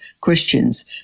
Christians